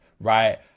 right